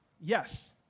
Yes